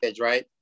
right